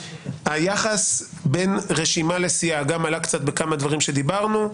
היחס בין רשימה לסיעה גם עלה קצת בכמה דברים שדיברנו.